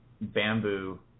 bamboo